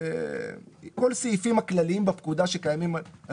כל הסעיפים הכלליים בפקודה שקיימים על